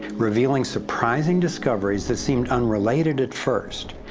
revealing surprising discoveries that seemed unrelated at first,